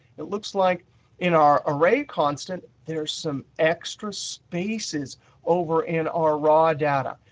it looks like in our array constant there's some extra spaces over in our raw data.